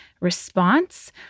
response